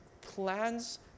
plans